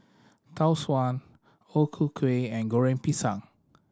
Tau Suan O Ku Kueh and Goreng Pisang